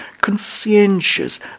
conscientious